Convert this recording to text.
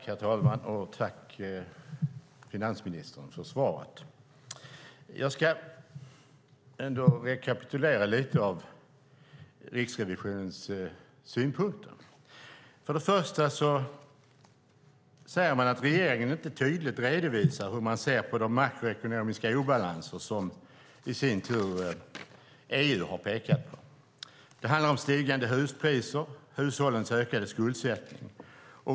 Herr talman! Tack för svaret, finansministern! Jag ska rekapitulera lite av Riksrevisionens synpunkter. För det första säger man att regeringen inte tydligt redovisar hur den ser på de makroekonomiska obalanser som EU i sin tur har pekat på. Det handlar om stigande huspriser och hushållens ökade skuldsättning.